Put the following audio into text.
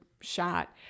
shot